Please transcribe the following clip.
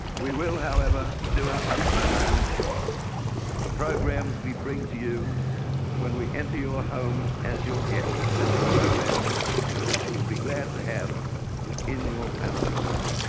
we will however, do our utmost to ensure that the programs we bring to you when we enter your homes as your guest, will be programs which you will be glad to have within your family circle.